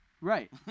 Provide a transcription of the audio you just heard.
Right